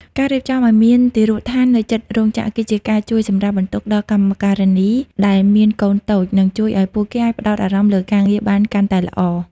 ការរៀបចំឱ្យមានទារកដ្ឋាននៅជិតរោងចក្រ គឺជាការជួយសម្រាលបន្ទុកដល់កម្មការិនីដែលមានកូនតូច និងជួយឱ្យពួកគេអាចផ្ដោតអារម្មណ៍លើការងារបានកាន់តែល្អ។